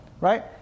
right